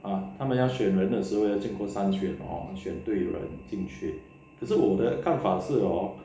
um 他们要选人的时候要经过三圈 hor 选对人进去可是我的看法是 hor